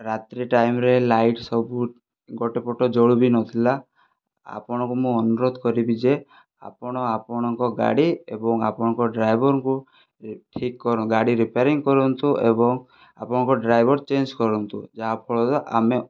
ରାତ୍ରି ଟାଇମରେ ଲାଇଟ ସବୁ ଗୋଟିଏ ପଟ ଜଳୁ ବି ନଥିଲା ଆପଣଙ୍କୁ ମୁଁ ଅନୁରୋଧ କରିବି ଯେ ଆପଣ ଆପଣଙ୍କ ଗାଡ଼ି ଏବଂ ଆପଣଙ୍କ ଡ୍ରାଇଭରଙ୍କୁ ଠିକ କରନ୍ତୁ ଗାଡ଼ି ରିପ୍ୟାରିଙ୍ଗ କରନ୍ତୁ ଏବଂ ଆପଣଙ୍କର ଡ୍ରାଇଭର ଚେଞ୍ଜ କରନ୍ତୁ ଯାହାଫଳରେ ଆମେ